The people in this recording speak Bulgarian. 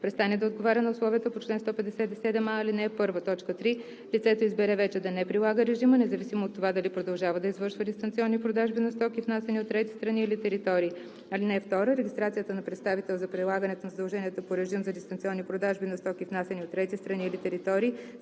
престане да отговаря на условията по чл. 157а, ал. 1; 3. лицето избере вече да не прилага режима, независимо от това дали продължава да извършва дистанционни продажби на стоки, внасяни от трети страни или територии. (2) Регистрацията на представител за прилагането на задълженията по режим за дистанционни продажби на стоки, внасяни от трети страни или територии,